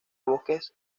bosques